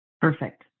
Perfect